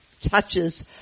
touches